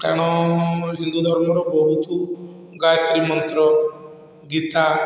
କାରଣ ହିନ୍ଦୁ ଧର୍ମର ବହୁତ ଗାୟତ୍ରୀ ମନ୍ତ୍ର ଗୀତା